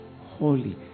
Holy